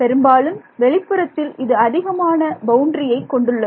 பெரும்பாலும் வெளிப்புறத்தில் இது அதிகமான பவுண்டரியைக் கொண்டுள்ளது